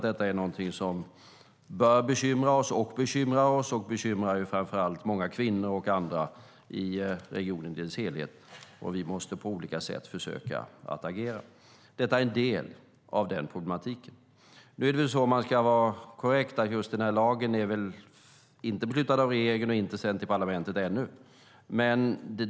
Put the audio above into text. Det är någonting som självfallet bör bekymra oss och som bekymrar oss och bekymrar framför allt kvinnor i regionen i dess helhet. Vi måste försöka agera på olika sätt. Detta är en del av problematiken. För att vara korrekt är det inte beslutat och förslaget inte sänt av regeringen till parlamentet ännu.